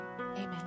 amen